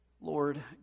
Lord